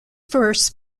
verse